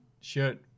shirt